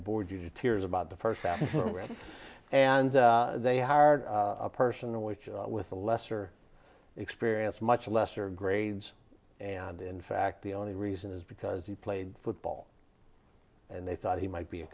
bored you to tears about the first half and they hired a person away with a lesser experience much lesser grades and in fact the only reason is because he played football and they thought he might be a